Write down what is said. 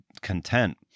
content